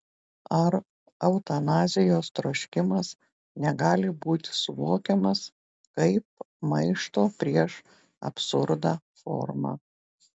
ar eutanazijos troškimas negali būti suvokiamas kaip maišto prieš absurdą forma